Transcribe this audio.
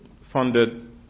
funded